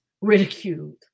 ridiculed